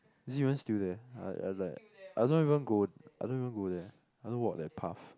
is it even still there I I was like I don't even go I don't even go there I don't walk that path